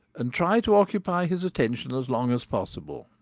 and try to occupy his attention as long as possible